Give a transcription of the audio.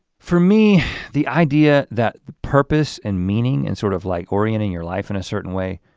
for me the idea that the purpose and meaning and sort of like orienting your life in a certain way,